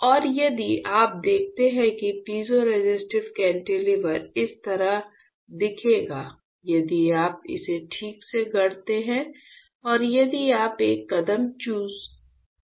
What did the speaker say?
और यदि आप देखते हैं कि पीज़ोरेसिस्टिव कैंटिलीवर इस तरह दिखेगा यदि आप इसे ठीक से गढ़ते हैं और यदि आप एक कदम चूक जाते हैं